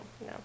no